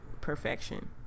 perfection